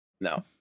No